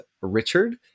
Richard